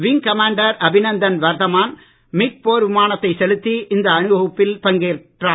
wing commander Abhinandan Varthaman MiG போர் விமானத்தைச் செலுத்தி இந்த அணிவகுப்பில் பங்கேற்றார்